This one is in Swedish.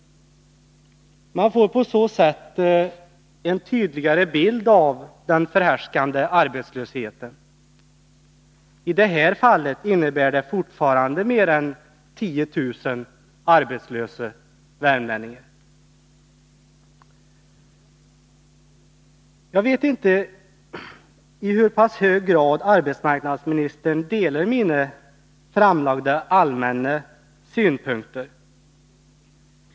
Man får på så sätt en tydligare bild av den förhärskande arbetslösheten. I det här fallet innebär det fortfarande mer än 10 000 arbetslösa värmlänningar. Jag vet inte i hur pass hög grad arbetsmarknadsministern delar mina framlagda allmänna synpunkter.